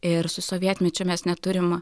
ir su sovietmečiu mes neturim